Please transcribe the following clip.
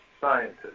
scientists